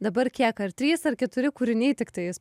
dabar kiek ar trys ar keturi kūriniai tiktais